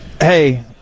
hey